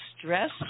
stress